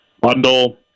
bundle